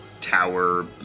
tower